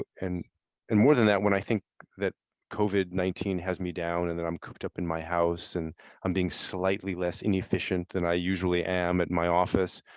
and and more than that, when i think that covid nineteen has me down and that i'm cooped up in my house and i'm being slightly less inefficient than i usually am at my office,